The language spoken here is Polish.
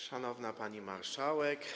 Szanowna Pani Marszałek!